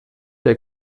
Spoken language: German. der